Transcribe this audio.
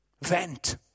vent